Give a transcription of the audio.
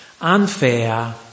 unfair